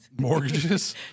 Mortgages